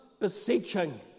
beseeching